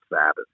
Sabbath